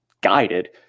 guided